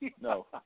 No